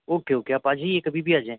okay okay آپ آجائیے کبھی بھی آ جائیں